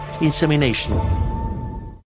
insemination